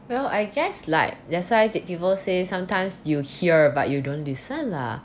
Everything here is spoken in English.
well I guess like that's why d~ people say sometimes you here but you don't listen lah